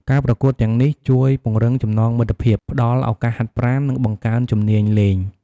ការប្រកួតទាំងនេះជួយពង្រឹងចំណងមិត្តភាព ផ្តល់ឱកាសហាត់ប្រាណ និងបង្កើនជំនាញលេង។